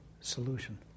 solution